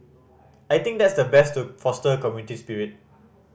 I think that's the best to foster community spirit